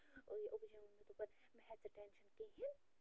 ابوٗ جِین دوٚپُن مَہ ہَہ ژٕ ٹٮ۪نشن کِہیٖنۍ